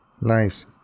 Nice